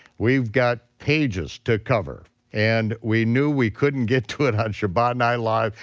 we've got pages to cover, and we knew we couldn't get to it on shabbat night live,